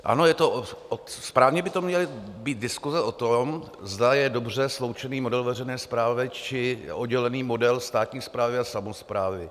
Ano, správně by to měly být diskuse o tom, zda je dobře sloučený model veřejné správy, či oddělený model státní správy a samosprávy.